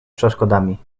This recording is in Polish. przeszkodami